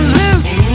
loose